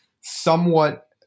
somewhat